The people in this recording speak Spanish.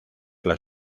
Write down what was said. las